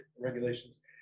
regulations